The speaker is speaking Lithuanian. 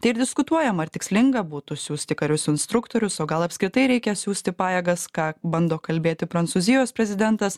tai ir diskutuojama ar tikslinga būtų siųsti karius instruktorius o gal apskritai reikia siųsti pajėgas ką bando kalbėti prancūzijos prezidentas